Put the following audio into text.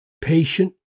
patient